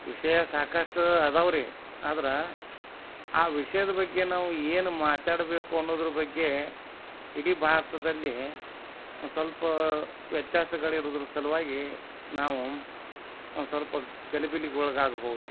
ವಿಷಯ ಸಾಕಷ್ಟು ಇದಾವ್ರಿ ಆದ್ರೆ ಆ ವಿಷಯದ ಬಗ್ಗೆ ನಾವು ಏನು ಮಾತಾಡಬೇಕು ಅನ್ನೋದ್ರ ಬಗ್ಗೆ ಇಡೀ ಭಾರತದಲ್ಲಿ ಒಂದು ಸ್ವಲ್ಪ ವ್ಯತ್ಯಾಸಗಳಿರುದ್ರ ಸಲುವಾಗಿ ನಾವು ಒಂದು ಸ್ವಲ್ಪ ಗಲಿಬಿಲಿಗೊಳಗಾಗ್ಬೌದು